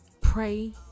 pray